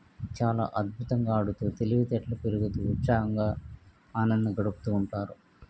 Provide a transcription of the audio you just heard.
చాలా అద్భుతంగా ఆడుతూ తెలివి తేటలు పెరుగుతూ ఉత్సాహంగా ఆనందంగా గడుపుతూ ఉంటారు